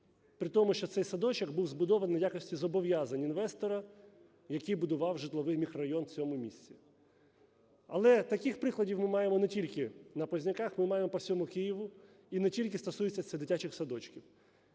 При тому, що цей садочок був збудований в якості зобов'язань інвестора, який будував житловий мікрорайон в цьому місці. Але таких прикладів ми маємо не тільки на Позняках, ми маємо по всьому Києву, і не тільки стосується це дитячих садочків.